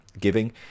giving